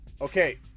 Okay